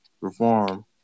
reform